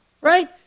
Right